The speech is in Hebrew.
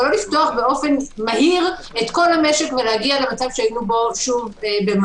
אבל לא לפתוח באופן מהיר את כל המשק ולהגיע למצב שהיינו בו במאי.